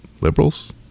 liberals